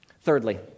Thirdly